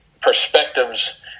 perspectives